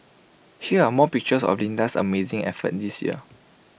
here are more pictures of Linda's amazing effort this year